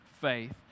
faith